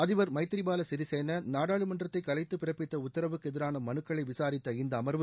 அதிபர் மைதிரிபால சிறிசேனா நாடாளுமன்றத்தை கலைத்து பிறப்பித்த உத்தரவுக்கு எதிரான மனுக்களை விசாரித்த இந்த அமர்வு